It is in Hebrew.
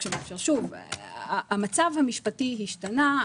המצב המשפטי השתנה.